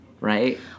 right